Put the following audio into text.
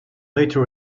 later